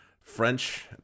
French